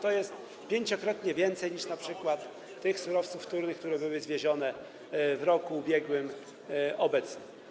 To jest pięciokrotnie więcej niż np. tych surowców wtórnych, które zostały zwiezione w roku ubiegłym i obecnie.